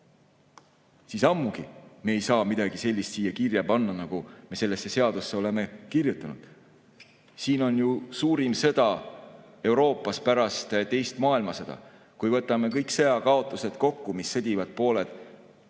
ammugi me ei saa midagi sellist siia kirja panna, nagu me sellesse seadusesse oleme kirjutanud. Siin on ju suurim sõda Euroopas pärast teist maailmasõda. Kui võtame kõik sõjakaotused kokku, mis sõdivad pooled